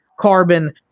carbon